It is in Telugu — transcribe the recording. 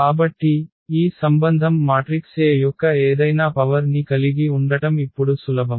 కాబట్టి ఈ సంబంధం మాట్రిక్స్ A యొక్క ఏదైనా పవర్ ని కలిగి ఉండటం ఇప్పుడు సులభం